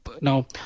now